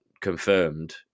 confirmed